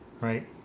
Right